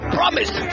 promise